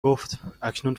گفتاکنون